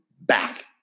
back